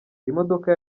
imodoka